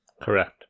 Correct